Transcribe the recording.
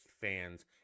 fans